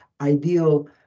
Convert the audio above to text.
ideal